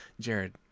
jared